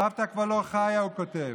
סבתא כבר לא חיה, הוא כותב,